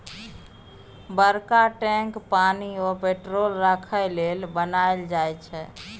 बरका टैंक पानि आ पेट्रोल राखय लेल बनाएल जाई छै